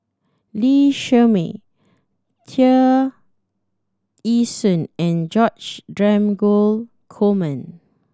Lee Shermay Tear Ee Soon and George Dromgold Coleman